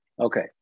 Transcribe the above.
Okay